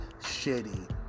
shitty